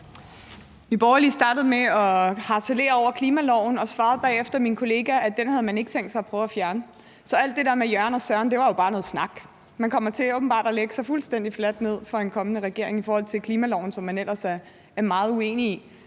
Borgerlige startede med at harcelere over klimaloven og svarede bagefter min kollega, at den havde man ikke tænkt sig at prøve at fjerne. Så alt det der med Jørgen og Søren var jo bare noget snak. Man kommer åbenbart til at lægge sig fuldstændig fladt ned for en kommende regering i forhold til klimaloven, som man ellers er meget uenig i.